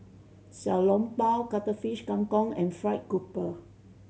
Xiao Long Bao Cuttlefish Kang Kong and fried grouper